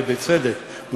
ובצדק,